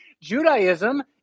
Judaism